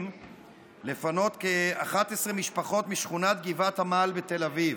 לפנות כ-11 משפחות משכונת גבעת עמל בתל אביב.